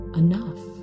enough